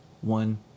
One